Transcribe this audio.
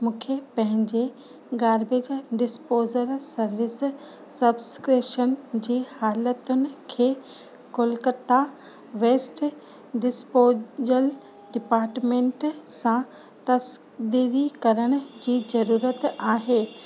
मूंखे पंहिंजे garbage disposal service subscription जी हालतुनि खे कोलकता वेस्ट डिस्पोज़ल डिपार्टमेंट सां तस्दीवी करण जी ज़रूरत आहे